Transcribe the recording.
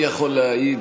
אני יכול להעיד